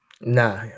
Nah